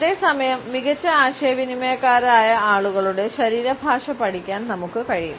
അതേസമയം മികച്ച ആശയവിനിമയക്കാരായ ആളുകളുടെ ശരീരഭാഷ പഠിക്കാൻ നമുക്ക് കഴിയും